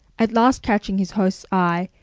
at last catching his host's eye,